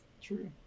True